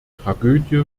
tragödie